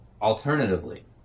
Alternatively